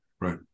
right